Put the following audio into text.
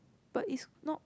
but is not